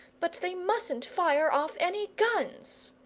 but they mustn't fire off any guns.